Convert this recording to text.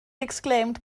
exclaimed